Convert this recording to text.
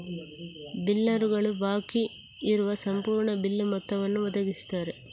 ಬಿಲ್ಲರುಗಳು ಬಾಕಿ ಇರುವ ಸಂಪೂರ್ಣ ಬಿಲ್ ಮೊತ್ತವನ್ನು ಒದಗಿಸುತ್ತಾರೆ